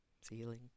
ceiling